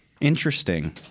Interesting